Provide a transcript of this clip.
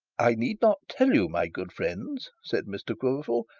i need not tell you, my good friends said mr quiverful,